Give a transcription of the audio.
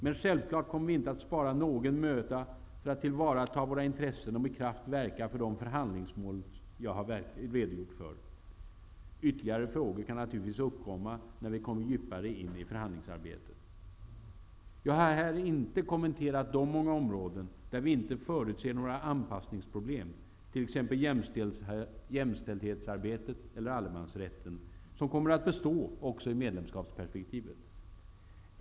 Men självfallet kommer vi inte att spara någon möda för att tillvarata våra intressen och med kraft verka för de förhandlingsmål som jag har redogjort för. Ytterligare frågor kan naturligtvis uppkomma när vi kommer djupare in i förhandlingsarbetet. Jag har här inte kommenterat de många områden där vi inte förutser några anpassningsproblem, t.ex. jämställdhetsarbetet eller allemansrätten, som kommer att bestå, sett också ur medlemskapsperspektivet.